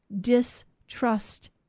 distrust